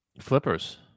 Flippers